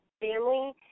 family